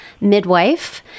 midwife